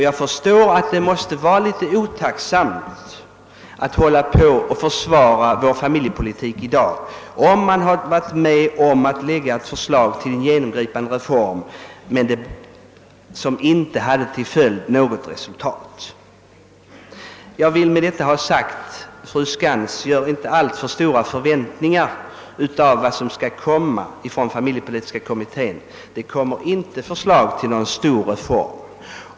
Jag förstår också att det kan vara otacksamt att hålla på att föreslå familjepolitiska åtgärder och arbeta på förslag om en genomgripande reform, om det sedan inte leder till något resultat. Med detta vill jag ha sagt att fru Skantz inte skall hysa några större förväntningar på de förslag som kan komma att framläggas av familjepolitiska kommittén. Det kommer inte att framläggas något förslag om stora reformer därifrån.